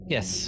Yes